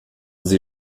sie